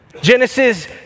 Genesis